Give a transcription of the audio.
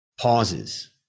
pauses